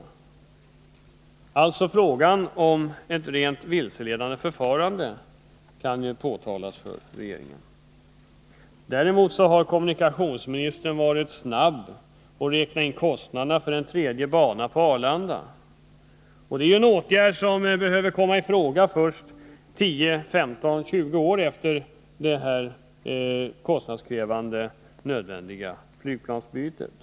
Det är alltså fråga om ett rent vilseledande förfarande från regeringens sida. Däremot har kommunikationsministern varit snabb när det gäller att räkna in kostnaderna för en tredje bana på Arlanda. Anläggandet av denna bana är en åtgärd som behöver komma i fråga först 10, 15 eller 20 år efter det kostnadskrävande och nödvändiga flygplansbytet.